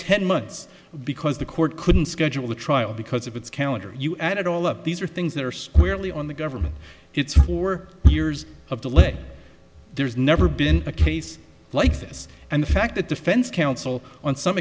ten months because the court couldn't schedule the trial because of its calendar you add it all up these are things that are squarely on the government it's four years of delay there's never been a case like this and the fact that defense counsel on some